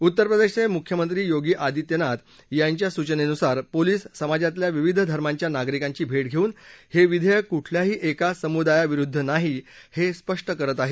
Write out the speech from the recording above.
उत्तरप्रदेशचे मुख्यमंत्री योगी आदित्यनाथ त्यांच्या सूचनेनुसार पोलीस समाजातल्या विविध धर्माच्या नागरिकांची भे घेऊन हे विधेयक कुठल्याही एका समुदायाविरुद्ध नाही हे स्पष्ट करत आहेत